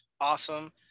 Awesome